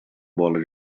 bola